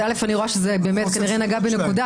אני רואה שזה כנראה נגע בנקודה,